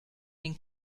den